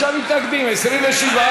47 מתנגדים, 24 בעד.